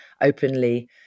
openly